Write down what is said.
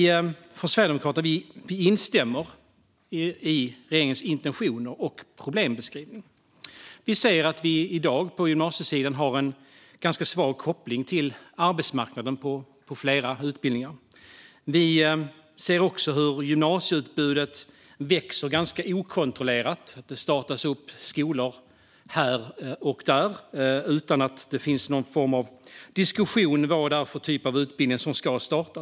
Från Sverigedemokraterna instämmer vi i regeringens intentioner och problembeskrivning. Vi ser att det i dag på gymnasiesidan finns en ganska svag koppling till arbetsmarknaden på flera utbildningar. Vi ser också hur gymnasieutbudet växer ganska okontrollerat. Det startas skolor här och där utan att det finns någon form av diskussion om vad det är för typ av utbildning som ska startas.